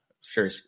sure